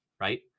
right